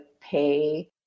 pay